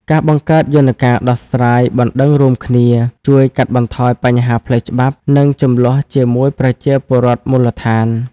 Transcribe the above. ការបង្កើតយន្តការដោះស្រាយបណ្ដឹងរួមគ្នា ជួយកាត់បន្ថយបញ្ហាផ្លូវច្បាប់ និងជម្លោះជាមួយប្រជាពលរដ្ឋមូលដ្ឋាន។